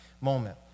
moment